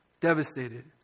devastated